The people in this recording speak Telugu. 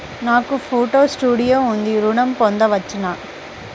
నాకు ఫోటో స్టూడియో ఉంది ఋణం పొంద వచ్చునా?